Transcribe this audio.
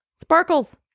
sparkles